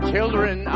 children